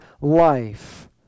life